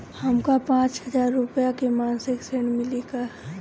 हमका पांच हज़ार रूपया के मासिक ऋण मिली का?